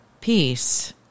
peace